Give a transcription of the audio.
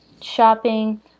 shopping